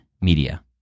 Media